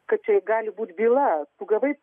kad čia gali būti byla tu gavai